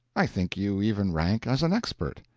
i think you even rank as an expert.